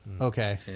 Okay